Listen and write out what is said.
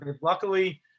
luckily